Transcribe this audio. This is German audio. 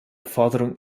forderung